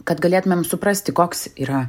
kad galėtumėm suprasti koks yra